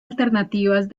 alternativas